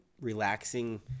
relaxing